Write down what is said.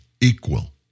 equal